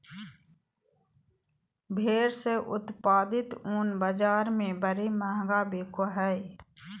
भेड़ से उत्पादित ऊन बाज़ार में बड़ी महंगा बिको हइ